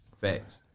Facts